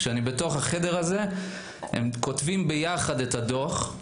כשאני בחדר הזה הם כותבים יחד את הדוח: